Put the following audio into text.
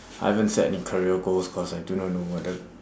I haven't set any career goals cause I do not know what the